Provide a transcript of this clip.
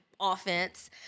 offense